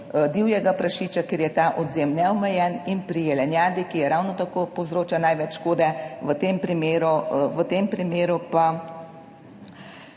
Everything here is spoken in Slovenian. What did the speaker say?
divjega prašiča, kjer je ta odvzem neomejen in pri jelenjadi, ki ravno tako povzroča največ škode, v tem primeru pa